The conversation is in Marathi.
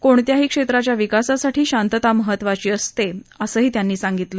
कोणत्याही क्षेत्राच्या विकासासाठी शांतता महत्वाची असते असंही त्यांनी सांगितलं